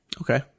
Okay